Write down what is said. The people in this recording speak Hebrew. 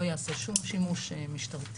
לא ייעשה שום שימוש משטרתי.